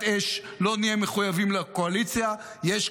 אש "לא נהיה מחויבים לקואליציה"; יש,